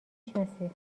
شناسی